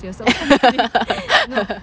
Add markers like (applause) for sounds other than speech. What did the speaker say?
(laughs)